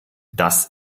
das